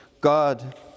God